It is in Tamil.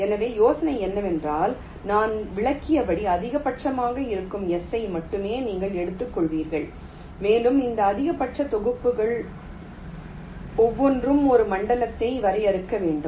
எனவே யோசனை என்னவென்றால் நான் விளக்கியபடி அதிகபட்சமாக இருக்கும் Si ஐ மட்டுமே நீங்கள் எடுத்துக்கொள்வீர்கள் மேலும் அந்த அதிகபட்ச தொகுப்புகள் ஒவ்வொன்றும் ஒரு மண்டலத்தை வரையறுக்க வேண்டும்